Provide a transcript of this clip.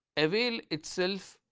avail itself